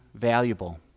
valuable